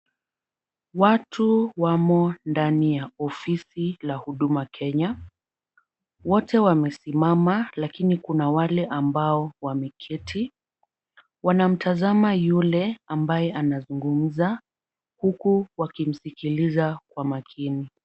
Watu wamo ndani ya ofisi la Huduma Kenya, wote wamesimama lakini kuna wale ambao wameketi, wanamtazama yule ambaye anazungumza huku wakimsikiliza kwa makini.